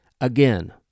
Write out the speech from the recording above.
Again